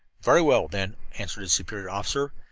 very well, then, answered his superior officer.